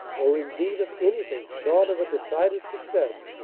or, indeed, of anything short of a decided success,